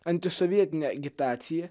antisovietinę agitaciją